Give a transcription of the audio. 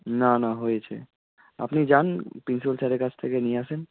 না না হয়েছে আপনি যান প্রিন্সিপ্যাল স্যারের কাছ থেকে নিয়ে আসুন